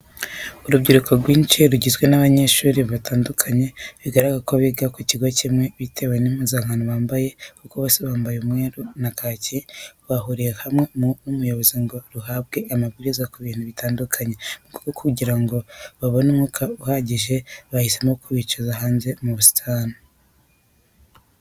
Urubyiruko rwinshi rugizwe n'abanyeshuri batandukanye bigaragara ko biga ku kigo kimwe bitewe n'impuzankano bambaye kuko bose bambaye umweru na kaki, rwahurijwe hamwe n'umuyobozi ngo ruhabwe amabwiriza ku bintu bitandukanye. Mu rwego rwo kugira ngo babone umwuka uhagije, bahisemo kubicaza hanze mu busitani.